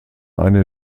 eine